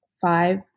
five